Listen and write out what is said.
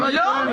לא.